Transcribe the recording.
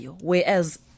whereas